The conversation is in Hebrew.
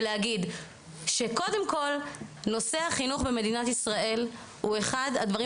ולהגיד שקודם כל נושא החינוך במדינת ישראל הוא אחד הדברים